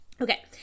Okay